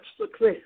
success